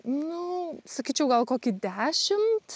nu sakyčiau gal kokį dešimt